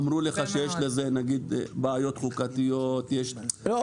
אמרו לך שיש עם זה אולי בעיות חוקתיות --- לא,